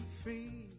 free